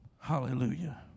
Hallelujah